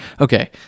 Okay